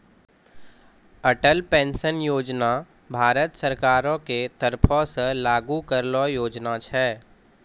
Atal pension Yojana Bharat सरकारो के तरफो से लागू करलो योजना छै